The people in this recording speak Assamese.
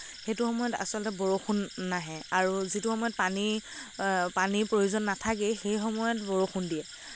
সেইটো সময়ত আচলতে বৰষুণ নাহে আৰু যিটো সময়ত পানীৰ পানীৰ প্ৰয়োজন নাথাকে সেই সময়ত বৰষুণ দিয়ে